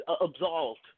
absolved